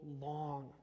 long